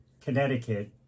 Connecticut